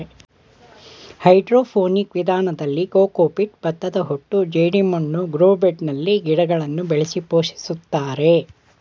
hydroponic ವಿಧಾನದಲ್ಲಿ cocopeat, ಭತ್ತದಹೊಟ್ಟು ಜೆಡಿಮಣ್ಣು ಗ್ರೋ ಬೆಡ್ನಲ್ಲಿ ಗಿಡಗಳನ್ನು ಬೆಳೆಸಿ ಪೋಷಿಸುತ್ತಾರೆ